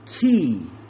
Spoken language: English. key